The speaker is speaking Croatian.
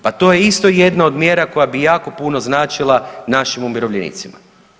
Pa to je isto jedna od mjera koja bi jako puno značila našim umirovljenicima.